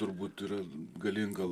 turbūt yra galinga